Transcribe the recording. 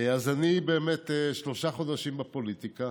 אז אני באמת שלושה חודשים בפוליטיקה,